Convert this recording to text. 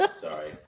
Sorry